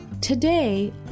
Today